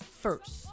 first